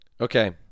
okay